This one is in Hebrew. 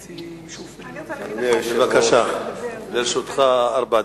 בבקשה, לרשותך ארבע דקות.